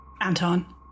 Anton